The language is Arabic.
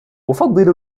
أفضّل